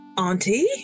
Auntie